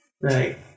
right